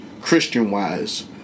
Christian-wise